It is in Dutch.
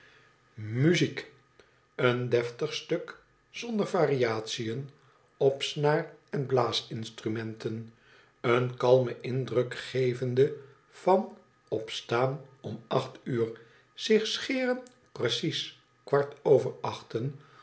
muziek een deftig stuk zonder variatién op snaar en blaasinstrumenten een kalmen indruk gevende van opstaan om acht uur zich scheren precies kwart over achten